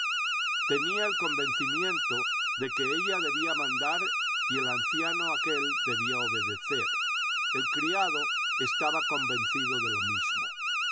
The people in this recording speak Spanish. tenía el convencimiento de que ella debía mandar y el anciano aquel debía obedecer el criado estaba convencido de lo mismo